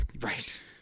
Right